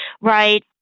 right